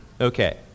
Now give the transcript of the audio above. Okay